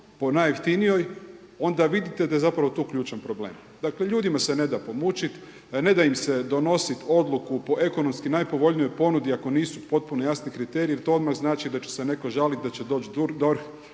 po najjeftinijoj onda vidite da je zapravo to ključan problem. Dakle, ljudima se ne da pomučit, ne da im se donosit odluku po ekonomski najpovoljnijoj ponudi ako nisu potpuno jasni kriteriji jer to odmah znači da će se netko žaliti, da će doći DORH,